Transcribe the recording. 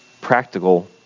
practical